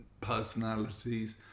personalities